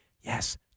yes